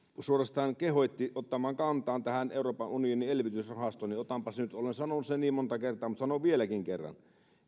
suorastaan kehotti ottamaan kantaa tähän euroopan unionin elvytysrahastoon niin otanpas nyt olen sanonut sen monta kertaa mutta sanon vieläkin kerran